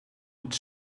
het